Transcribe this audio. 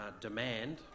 demand